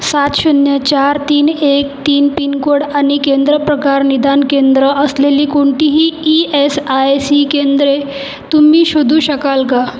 सात शून्य चार तीन एक तीन पिन कोड आणि केंद्रप्रकार निदान केंद्र असलेली कोणतीही ई एस आय सी केंद्रे तुम्ही शोधू शकाल का